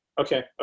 Okay